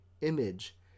image